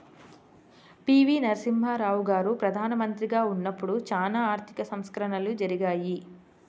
పి.వి.నరసింహారావు గారు ప్రదానమంత్రిగా ఉన్నపుడు చానా ఆర్థిక సంస్కరణలు జరిగాయి